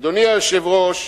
אדוני היושב-ראש,